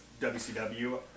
WCW